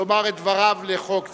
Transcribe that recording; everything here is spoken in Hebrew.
לומר את דבריו לחוק זה.